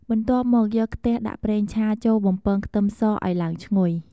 បន្ទាប់មកយកខ្ទះដាក់ប្រេងឆាចូលបំពងខ្ទឹមសឱ្យឡើងឈ្ងុយ។